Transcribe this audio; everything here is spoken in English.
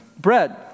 bread